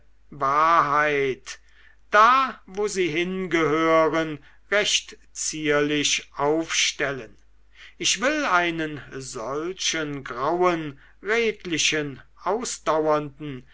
wahrheit da wo sie hingehören recht zierlich aufstellen ich will einen solchen grauen redlichen ausdauernden